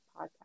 podcast